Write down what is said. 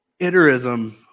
iterism